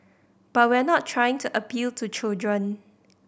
but we're not trying to appeal to children